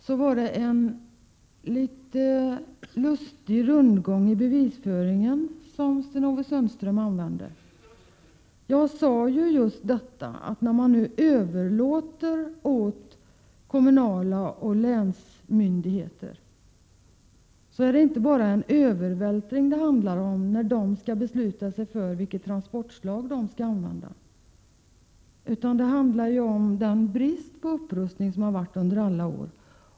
Det var en lustig rundgång i den bevisföring som Sten-Ove Sundström kom med. Jag sade just detta att när man nu överlåter åt kommunala myndigheter och länsmyndigheter att besluta, handlar det inte bara om vilket transportslag som de skall besluta sig för att använda. Det handlar också om den brist på upprustning som har rått under alla år.